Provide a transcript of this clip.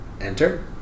enter